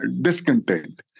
discontent